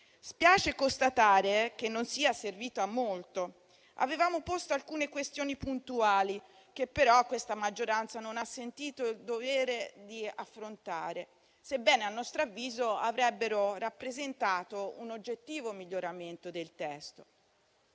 Spiace costatare che non sia servito a molto. Avevamo posto alcune questioni puntuali, che però questa maggioranza non ha sentito il dovere di affrontare, sebbene, a nostro avviso, avrebbero rappresentato un oggettivo miglioramento del testo.